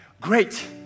Great